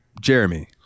Jeremy